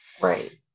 Right